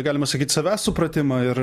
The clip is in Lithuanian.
galima sakyt savęs supratimą ir